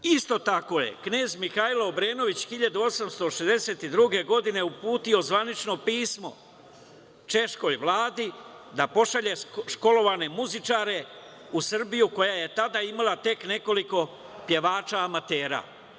Isto tako je knez Mihajlo Obrenović 1862. godine uputio zvanično pismo češkoj Vladi da pošalje školovane muzičare u Srbiju, koja je tada imala tek nekoliko pevača amatera.